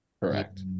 Correct